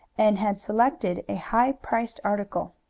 and had selected a high-priced article.